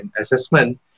assessment